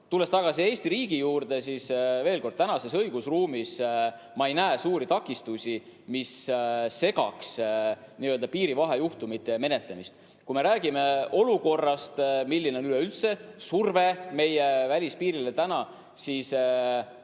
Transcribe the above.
Tulles tagasi Eesti riigi juurde, veel kord: tänases õigusruumis ma ei näe suuri takistusi, mis segaks n-ö piirivahejuhtumite menetlemist. Kui me räägime sellest, milline on üleüldse surve meie välispiirile, siis